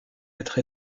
être